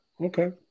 Okay